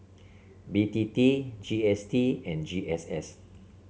B T T G S T and G S S